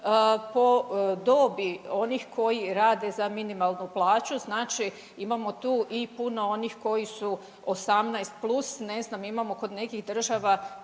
po dobi onih koji rade za minimalnu plaću. Znači imamo tu i puno onih koji su 18+. Ne znam imamo kod nekih država